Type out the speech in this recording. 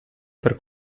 per